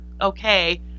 okay